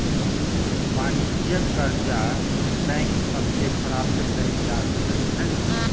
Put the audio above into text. वाणिज्यिक करजा बैंक सभ से प्राप्त कएल जा सकै छइ